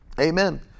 Amen